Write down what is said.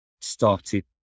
started